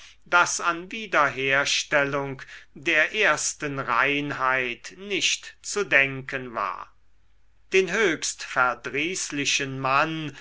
daß an wiederherstellung der ersten reinheit nicht zu denken war den höchst verdrießlichen mann